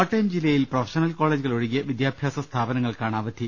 കോട്ടയം ജില്ലയിൽ പ്രൊഫഷണൽ കോളേജുകൾ ഒഴികെ വിദ്യാഭ്യാസ സ്ഥാപന ങ്ങൾക്കാണ് അവധി